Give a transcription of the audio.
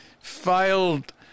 filed